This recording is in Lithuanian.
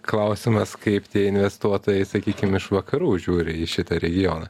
klausimas kaip tie investuotojai sakykim iš vakarų žiūri į šitą regioną